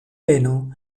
peno